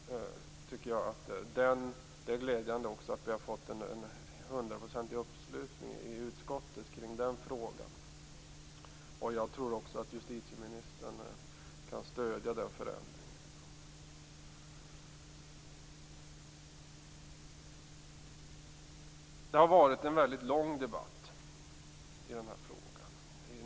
Det är glädjande att det har blivit en hundraprocentig uppslutning i utskottet kring den frågan. Jag tror att justitieministern kan stödja den förändringen. Det har varit en lång debatt i frågan.